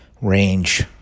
range